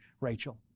Rachel